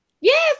Yes